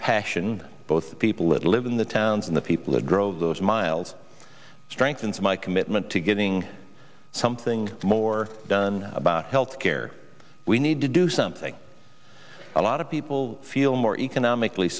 passion both people live in the towns in the people who drove those miles strengthens my commitment to getting something more done about health care we need to do something a lot of people feel more economically